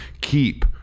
keep